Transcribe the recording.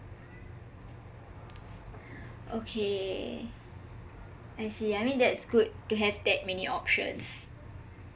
okay I see I mean that's good to have that many options